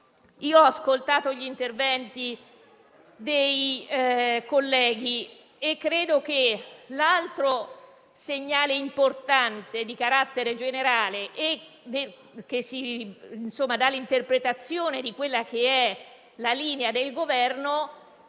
Ho ascoltato gli interventi dei colleghi e credo che l'altro segnale importante di carattere generale che fornisce l'interpretazione della linea del Governo